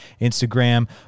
Instagram